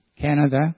Canada